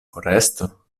foresto